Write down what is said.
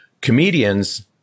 Comedians